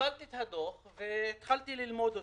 קיבלתי את הדוח והתחלתי ללמוד אותו.